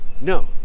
no